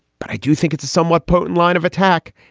but i do think it's a somewhat potent line of attack.